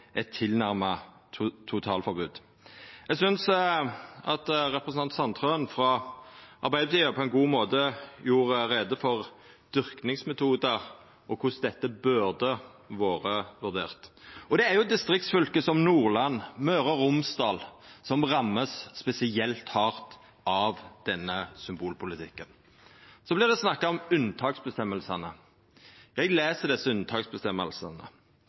eit tilnærma totalforbod. Eg synest at representanten Sandtrøen frå Arbeidarpartiet på ein god måte gjorde greie for dyrkingsmetodar og korleis dette burde vore vurdert. Det er distriktsfylke som Nordland og Møre og Romsdal som vert ramma spesielt hardt av denne symbolpolitikken. Så vert det snakka om unntaksbestemmingane. Eg les desse